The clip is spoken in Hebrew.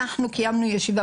אנחנו קיימנו ישיבה,